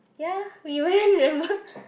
ya we went remember